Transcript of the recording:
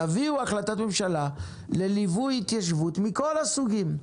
תביאו החלטת ממשלה לליווי התיישבות מכל הסוגים.